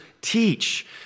teach